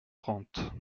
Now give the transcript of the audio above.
trente